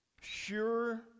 sure